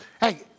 Hey